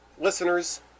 listeners